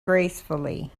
gracefully